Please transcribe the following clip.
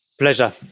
Pleasure